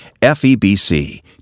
FEBC